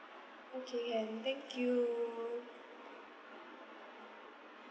okay and thank you